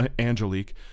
Angelique